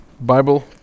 Bible